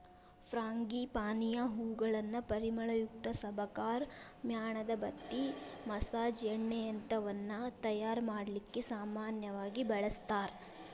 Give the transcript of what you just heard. ಫ್ರಾಂಗಿಪಾನಿಯ ಹೂಗಳನ್ನ ಪರಿಮಳಯುಕ್ತ ಸಬಕಾರ್, ಮ್ಯಾಣದಬತ್ತಿ, ಮಸಾಜ್ ಎಣ್ಣೆಗಳಂತವನ್ನ ತಯಾರ್ ಮಾಡ್ಲಿಕ್ಕೆ ಸಾಮನ್ಯವಾಗಿ ಬಳಸ್ತಾರ